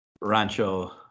Rancho